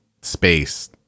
space